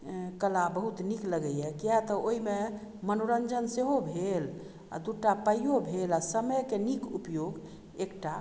कला बहुत नीक लगैए कियाक तऽ ओहिमे मनोरञ्जन सेहो भेल आ दूटा पाइयो भेल आ समयके नीक उपयोग एकटा